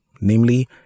namely